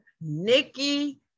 Nikki